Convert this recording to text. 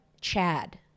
Chad